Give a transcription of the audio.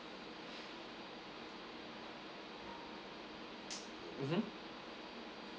mmhmm